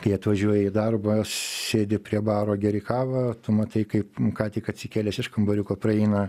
kai atvažiuoja į darbą sėdi prie baro geri kavą tu matai kaip ką tik atsikėlęs iš kambariuko praeina